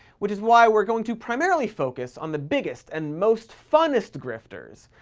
which is why we're going to primarily focus on the biggest and most-funnest grifters.